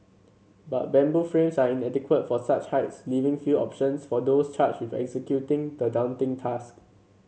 but bamboo frames are inadequate for such heights leaving few options for those charged with executing the daunting task